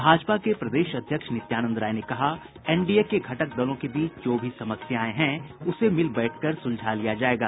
भाजपा के प्रदेश अध्यक्ष नित्यानंद राय ने कहा एनडीए के घटक दलों के बीच जो भी समस्याएं हैं उसे मिल बैठकर सुलझा लिया जायेगा